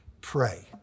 pray